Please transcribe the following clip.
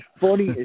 funny